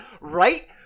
Right